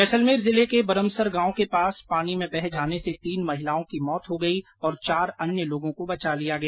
जैसलमेर जिले के बरमसर गांव के पास पानी में बह जाने से तीन महिलाओं की मौत हो गई और चार अन्य लोगों को बचा लिया गया